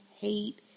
hate